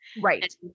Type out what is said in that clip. Right